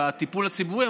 בטיפול הציבורי,